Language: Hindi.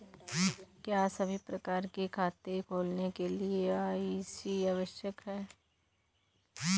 क्या सभी प्रकार के खाते खोलने के लिए के.वाई.सी आवश्यक है?